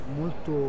molto